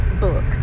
book